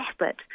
effort